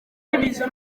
y’ibiza